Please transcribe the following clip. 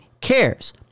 cares